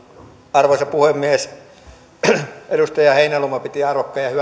arvoisa puhemies edustaja heinäluoma piti arvokkaan ja hyvän